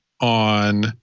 on